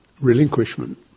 relinquishment